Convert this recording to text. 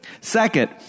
Second